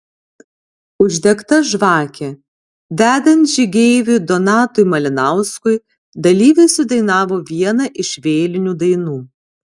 uždegta žvakė vedant žygeiviui donatui malinauskui dalyviai sudainavo vieną iš vėlinių dainų